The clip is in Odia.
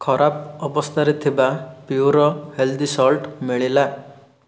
ଖରାପ ଅବସ୍ଥାରେ ଥିବା ପ୍ୟୁରୋ ହେଲ୍ଦି ସଲ୍ଟ୍ ମିଳିଲା